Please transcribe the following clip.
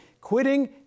Quitting